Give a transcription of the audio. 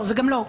זה גם ---,